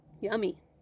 yummy